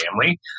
family